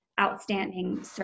outstanding